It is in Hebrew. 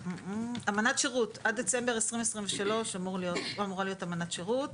אמנת שירות עד דצמבר 2023 אמורה להיות אמנת שירות.